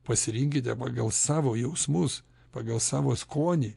pasirinkite pagal savo jausmus pagal savo skonį